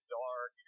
dark